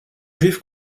juif